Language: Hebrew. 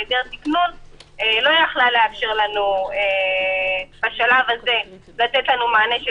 היעדר תכנון לא יכלה לאפשר לנו בשלב הזה לתת לנו מענה של